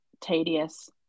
tedious